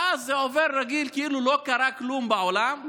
ואז זה עובר רגיל כאילו לא קרה כלום בעולם.